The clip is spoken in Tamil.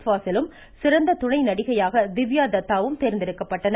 ்பாசிலும் சிறந்த துணை நடிகையாக திவ்யா தத்தாவும் தேர்ந்தெடுக்கப்பட்டனர்